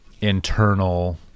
internal